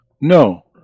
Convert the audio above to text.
No